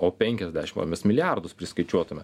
o penkiasdešim mes milijardus priskaičiuotume